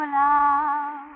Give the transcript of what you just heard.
love